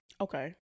Okay